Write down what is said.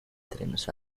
trenes